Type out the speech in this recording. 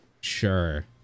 sure